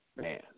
man